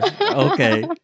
Okay